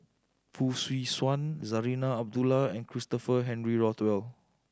Fong Swee Suan Zarinah Abdullah and Christopher Henry Rothwell